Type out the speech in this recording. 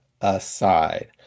aside